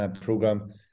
program